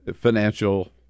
financial